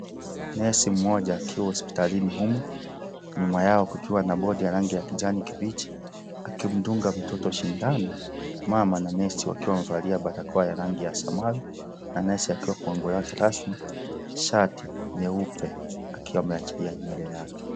Nesi mmoja akiwa hospitalini humu nyuma yao kukiwa na bodi ya rangi ya kijani kibichi, akimdunga mtoto shindano mama na nesi wakiwa wamevalia barakoa ya rangi ya samawi na nesi akiwa kwa nguo yake rasmi, shati nyeupe akiwa ameachilia nywele yake.